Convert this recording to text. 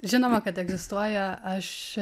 žinoma kad egzistuoja aš